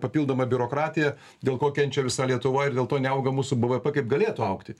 papildomą biurokratiją dėl ko kenčia visa lietuva ir dėl to neauga mūsų bv kaip galėtų augti